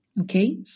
okay